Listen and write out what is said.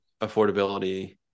affordability